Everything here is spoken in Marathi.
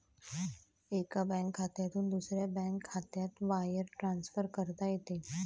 एका बँक खात्यातून दुसऱ्या बँक खात्यात वायर ट्रान्सफर करता येते